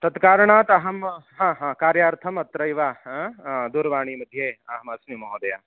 तत्कारणात् अहं हा हा कार्यार्थम् अत्रैव अ दूरवाणीमध्ये अहमस्मि महोदय